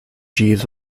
jeeves